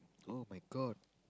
!oh-my-God!